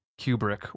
Kubrick